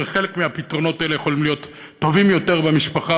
אבל חלק מהפתרונות האלה טובים יותר במשפחה,